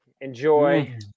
Enjoy